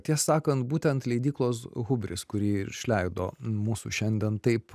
tiesą sakant būtent leidyklos hubris kuri ir išleido mūsų šiandien taip